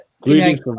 greetings